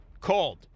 called